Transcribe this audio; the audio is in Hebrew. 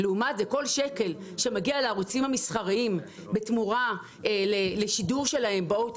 לעומת זאת כל שקל שמגיע לערוצים המסחריים בתמורה לשידור שלהם ב-OTT